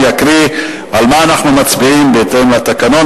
אני אקריא על מה אנחנו מצביעים בהתאם לתקנון,